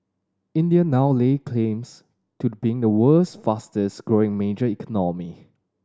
India now lays claims to being the world's fastest growing major economy